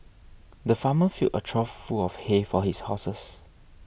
the farmer filled a trough full of hay for his horses